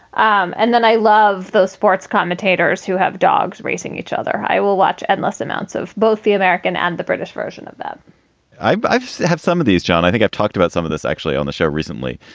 um and then i love those sports commentators who have dogs racing each other. i will watch endless amounts of both the american and the british version of that i but have some of these, john. i think i've talked about some of this actually on the show recently.